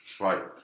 Right